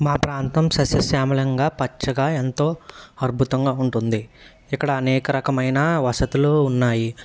మా ప్రాంతం సస్యశ్యామలంగా పచ్చగా ఎంతో అద్భుతంగా ఉంటుంది ఇక్కడ అనేక రకమైన వసతులు ఉన్నాయి